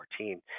2014